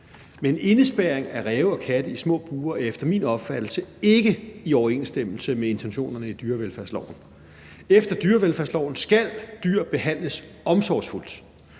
Men indespærring af ræve og katte i små bure er efter min opfattelse ikke i overensstemmelse med intentionerne i dyrevelfærdsloven. Efter dyrevelfærdsloven skal dyr behandles omsorgsfuldt,